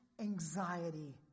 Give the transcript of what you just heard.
anxiety